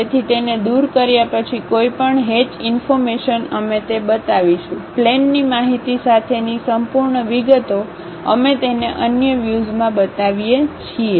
તેથીતેને દૂર કર્યા પછી કોઈપણ હેચ ઇન્ફોર્મેશન અમે તે બતાવીશું પ્લેનની માહિતી સાથેની સંપૂર્ણ વિગતો અમે તેને અન્ય વ્યુઝમાં બતાવીએ છીએ